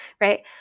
right